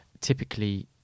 typically